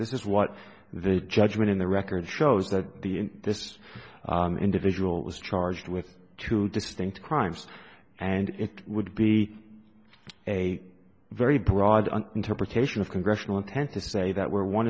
this is what the judgment in the record shows that the this individual was charged with two distinct crimes and it would be a very broad interpretation of congressional intent to say that we